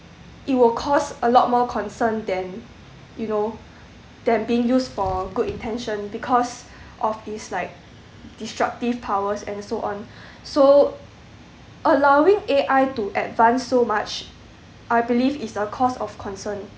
it will cost a lot more concern than you know than being used for good intention because of this like destructive powers and so on so allowing A_I to advance so much I believe is a cause of concern